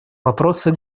вопросы